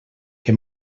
que